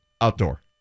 Outdoor